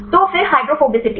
तो फिर हाइड्रोफोबिसिटी